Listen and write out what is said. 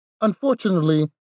unfortunately